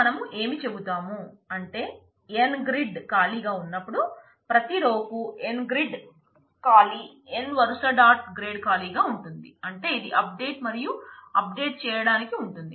ఇప్పుడు మనం ఏమి చెబుతాము అంటే n గ్రిడ్గా సెట్ చేయచ్చు